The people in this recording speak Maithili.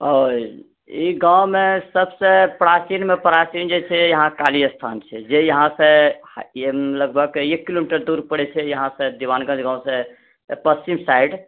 ओ ई गाँवमे सबसँ प्राचीनमे प्राचीन जे छै अहाँकेँ काली स्थान छै जे यहाँ से लगभग कहिऐ एक किलोमीटर दूर पड़ै छै यहाँसँ दिवानगञ्ज गाँवसँ पश्चिम साइड